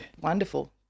Wonderful